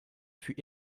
fut